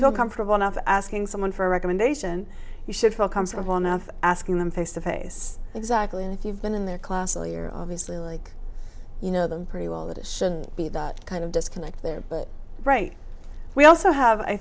feel comfortable enough asking someone for a recommendation you should feel comfortable enough asking them face to face exactly if you've been in their class or you're obviously like you know them pretty well that it shouldn't be the kind of disconnect there but right now we also have i